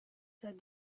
that